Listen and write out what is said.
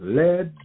let